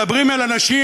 מדברים אל אנשים